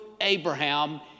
Abraham